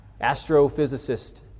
astrophysicist